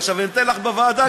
ועכשיו אני אתן לך בוועדה גם,